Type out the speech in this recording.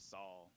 Saul